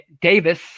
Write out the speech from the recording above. davis